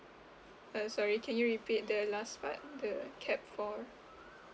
uh sorry can you repeat the last part the capped for